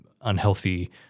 unhealthy